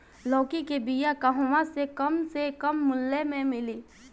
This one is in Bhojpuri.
लौकी के बिया कहवा से कम से कम मूल्य मे मिली?